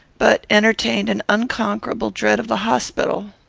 but entertained an unconquerable dread of the hospital.